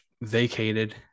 vacated